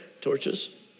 torches